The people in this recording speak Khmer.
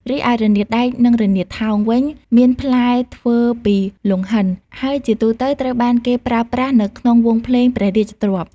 រីឯ រនាតដែក និង រនាតថោង វិញ មានផ្លែធ្វើពីលង្ហិន ហើយជាទូទៅត្រូវបានគេប្រើប្រាស់នៅក្នុងវង់ភ្លេងព្រះរាជទ្រព្យ។